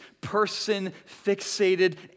person-fixated